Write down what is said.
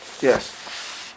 yes